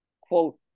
quote